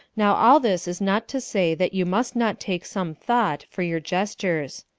now all this is not to say that you must not take some thought for your gestures.